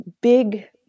big